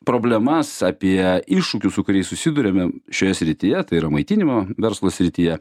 problemas apie iššūkius su kuriais susiduriame šioje srityje tai yra maitinimo verslo srityje